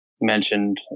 mentioned